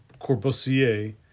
Corbusier